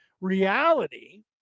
reality